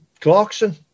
Clarkson